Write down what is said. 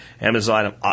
Amazon